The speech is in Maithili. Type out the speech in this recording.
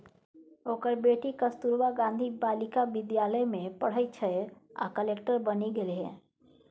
ओकर बेटी कस्तूरबा गांधी बालिका विद्यालय मे पढ़ैत छलीह आ कलेक्टर बनि गेलीह